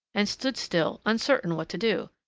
and stood still, uncertain what to do.